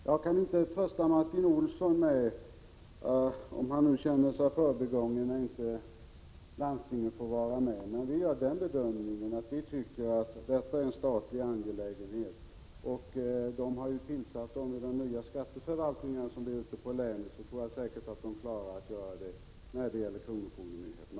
Jag kan inte trösta Martin Olsson, om han nu känner sig förbigången när inte landstingen får vara med. Vi gör den bedömningen att detta är en statlig angelägenhet. Eftersom man har tillsatt lekmannastyrelser i de nya skatteförvaltningarna ute i länen, tror jag säkert att man klarar av att göra det också när det gäller kronofogdemyndigheterna.